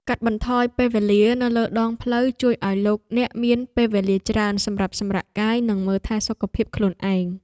កាត់បន្ថយពេលវេលានៅលើដងផ្លូវជួយឱ្យលោកអ្នកមានពេលវេលាច្រើនសម្រាប់សម្រាកកាយនិងមើលថែសុខភាពខ្លួនឯង។